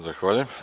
Zahvaljujem.